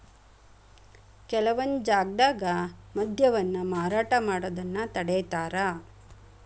ಕೆಲವೊಂದ್ ಜಾಗ್ದಾಗ ಮದ್ಯವನ್ನ ಮಾರಾಟ ಮಾಡೋದನ್ನ ತಡೇತಾರ